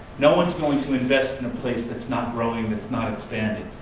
no one is going to invest in a place that's not growing and it's not expanding.